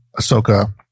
Ahsoka